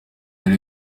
ari